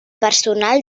personal